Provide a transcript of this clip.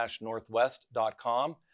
Northwest.com